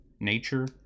Nature